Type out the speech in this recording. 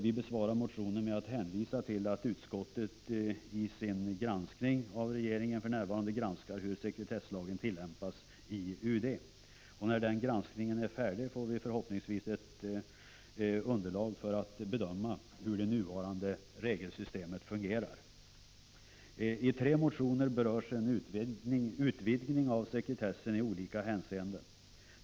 Vi besvarar motionen genom att hänvisa till att utskottet vid sin granskning av regeringens sätt att sköta dessa frågor för närvarande undersöker hur sekretesslagen tillämpas inom UD. När denna granskning är färdig får vi, förhoppningsvis, underlag för en bedömning av hur det nuvarande regelsystemet fungerar. I tre motioner berörs frågan om en utvidgning av sekretessen i olika hänseenden.